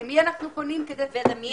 למי אנחנו פונים כדי לתרגם?